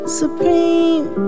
supreme